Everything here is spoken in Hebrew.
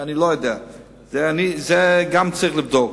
גם את זה צריך לבדוק.